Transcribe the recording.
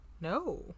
No